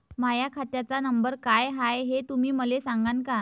माह्या खात्याचा नंबर काय हाय हे तुम्ही मले सागांन का?